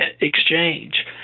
exchange